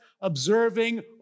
observing